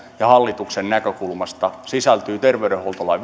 ja hallituksen näkökulmasta sisältyy terveydenhuoltolain